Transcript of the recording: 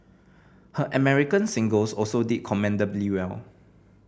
her American singles also did commendably well